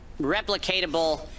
replicatable